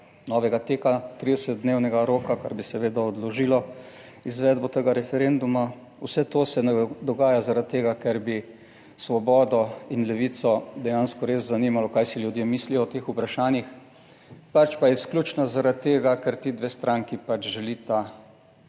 novega teka 30-dnevnega roka, kar bi seveda odložilo izvedbo tega referenduma. Vse to se ne dogaja zaradi tega, ker bi Svobodo in Levico dejansko res zanimalo, kaj si ljudje mislijo o teh vprašanjih, pač pa izključno zaradi tega, ker ti dve stranki pač želita